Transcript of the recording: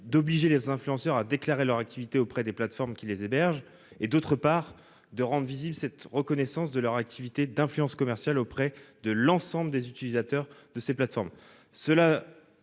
d'obliger les influenceurs à déclarer leur activité auprès des plateformes qui les hébergent, d'autre part, de rendre visible cette reconnaissance de leur activité d'influence commerciale auprès de l'ensemble des utilisateurs de ces plateformes. Cela